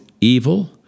evil